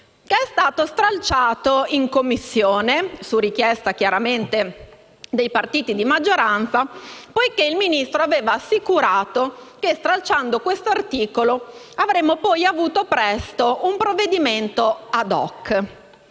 che è stato stralciato in Commissione, chiaramente su richiesta dei partiti di maggioranza, poiché il Ministro aveva assicurato che, stralciando tale articolo, avremmo poi avuto presto un provvedimento *ad hoc*.